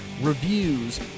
reviews